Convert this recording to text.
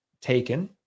taken